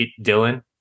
Dylan